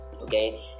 okay